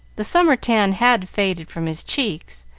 the summer tan had faded from his cheeks,